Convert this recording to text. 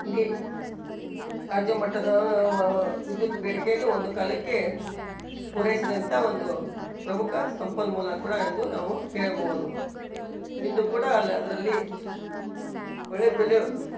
ಇಡೀ ರಾಜ್ಯಮಟ್ಟದ ವಿದ್ಯುತ್ ಬೇಡಿಕೆಯನ್ನು ಒಂದು ಕಾಲಕ್ಕೆ ಪೂರೈಸಿದಂಥ ಒಂದು ಪ್ರಮುಖ ಸಂಪನ್ಮೂಲ ಕೂಡ ಎಂದು ನಾವು ಹೇಳಬಹುದು ಇಂದು ಕೂಡ ಅಲ್ಲಿ ಅದರಲ್ಲಿ ಒಳ್ಳೆಯ ಬೆಲೆ